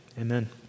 amen